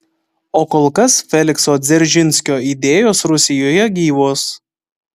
o kol kas felikso dzeržinskio idėjos rusijoje gyvos